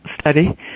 study